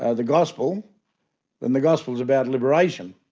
ah the gospel then the gospel is about liberation.